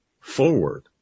forward